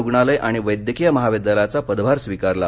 रुग्णालय आणि वैद्यकीय महाविद्यालयाचा पदभार स्वीकारला